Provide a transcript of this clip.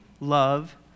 love